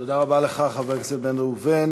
תודה רבה לך, חבר הכנסת בן ראובן.